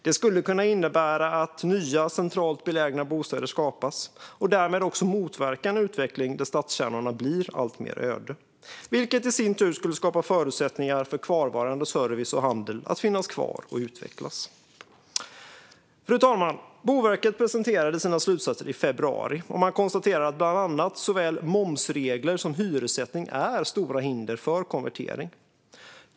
Det skulle kunna innebära att nya centralt belägna bostäder skapas, och därmed motverkas också en utveckling där stadskärnorna blir alltmer öde. Detta skulle i sin tur skapa förutsättningar för kvarvarande service och handel att finnas kvar och utvecklas. Fru talman! Boverket presenterade sina slutsatser i februari. Man konstaterade bland annat att såväl momsregler som hyressättning är stora hinder för konvertering.